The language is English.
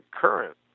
current